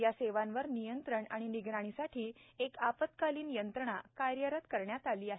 या सेवांवर नियंत्रण आणि निगराणीसाठी एक आपत्कालीन यंत्रणा कार्यरत करण्यात आली आहे